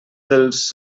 dels